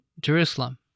Jerusalem